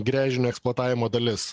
gręžinio eksploatavimo dalis